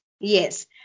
Yes